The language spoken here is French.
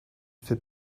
fait